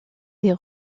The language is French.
des